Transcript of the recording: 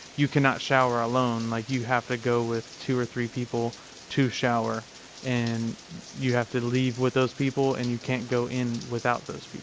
you cannot shower alone. like, you have to go with two or three people to shower and you have to leave with those people and you can't go in without those